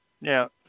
now